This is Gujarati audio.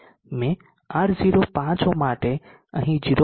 મેં R0 5 ઓહ્મ માટે અહી 0